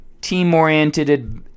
team-oriented